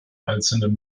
einzelnen